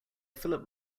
philip